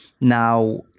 Now